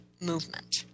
movement